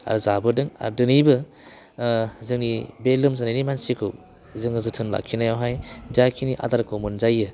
आरो जाबोदों आरो दिनैबो जोंनि बे लोमजानायनि मानसिखौ जोङो जोथोन लाखिनायावहाय जाखिनि आदारखौ मोनजायो